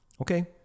Okay